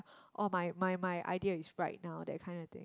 oh my my my idea is right now that kind of thing